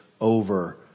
Over